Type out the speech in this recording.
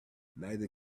neither